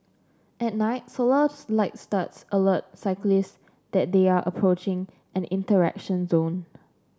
at night solar light studs alert cyclists that they are approaching an interaction zone